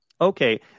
Okay